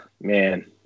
man